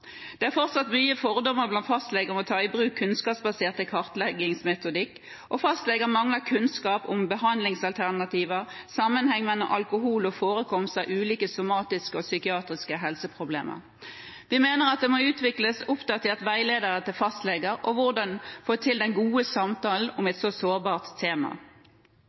Det er fortsatt mange fordommer blant fastleger om å ta i bruk kunnskapsbasert kartleggingsmetodikk, og fastlegene mangler kunnskap om behandlingsalternativer og sammenheng mellom alkohol og forekomster av ulike somatiske og psykiatriske helseproblemer. Vi mener det må utvikles oppdaterte veiledere til fastleger om hvordan man får til den gode samtalen om et så sårbart tema.